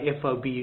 FOB